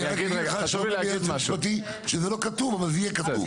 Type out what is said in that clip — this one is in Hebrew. אני אגיד ליועץ המשפטי שזה לא כתוב אבל זה יהיה כתוב,